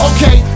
Okay